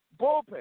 bullpen